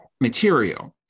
material